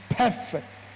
perfect